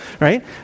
right